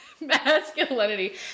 masculinity